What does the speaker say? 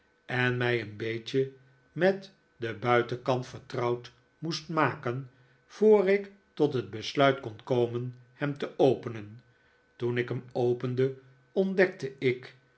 en mij een beetje met den buitenkant vertrouwd moest maken voor ik tot het besluit kon komen hem te openen toen ik hem opende ontdekte ik